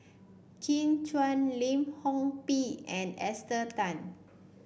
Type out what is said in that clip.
Kin Chui Lim Chor Pee and Esther Tan